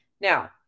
Now